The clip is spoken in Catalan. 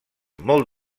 molt